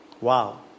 Wow